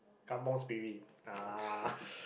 kampung Spirit ah